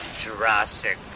Jurassic